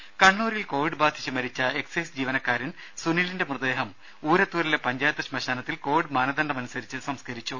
രുര കണ്ണൂരിൽ കോവിഡ് ബാധിച്ച് മരിച്ച എക്സൈസ് ജീവനക്കാരൻ സുനിലിന്റെ മൃതദേഹം ഊരത്തൂരിലെ പഞ്ചായത്ത് ശ്മശാനത്തിൽ കോവിഡ് മാനദണ്ഡമനുസരിച്ച് സംസ്കരിച്ചു